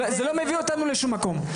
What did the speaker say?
זה לא מביא אותנו לשום מקום.